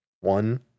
One